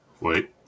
Wait